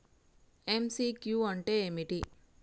MCQ అంటే ఏమిటి?